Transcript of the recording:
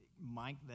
Mike